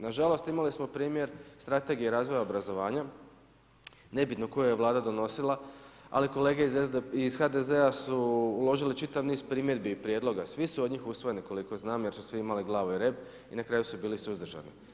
Nažalost imali smo primjer strategije razvoja obrazovanja, nebitno koja je Vlada donosila, ali kolege iz HDZ-a su uložili čitav niz primjedbi i prijedloga, svi su od njih usvojeni koliko znam jer su svi imali glavu i rep i na kraju su bili suzdržani.